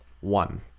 one